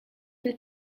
fil